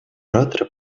ораторы